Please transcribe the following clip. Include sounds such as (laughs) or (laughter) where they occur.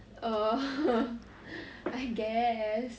err (laughs) I guess